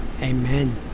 Amen